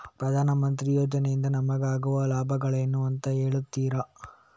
ಪ್ರಧಾನಮಂತ್ರಿ ಯೋಜನೆ ಇಂದ ನಮಗಾಗುವ ಲಾಭಗಳೇನು ಅಂತ ಹೇಳ್ತೀರಾ?